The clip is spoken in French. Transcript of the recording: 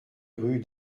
rue